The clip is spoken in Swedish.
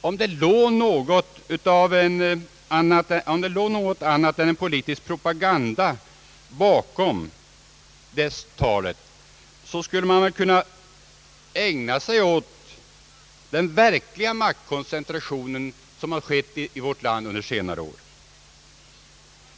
Om det låg något annat än politisk propaganda bakom det talet, skulle man kunna ägna sig åt att hindra den verkliga maktkoncentration som har skett i vårt land under senare år.